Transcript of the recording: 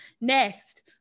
Next